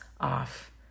off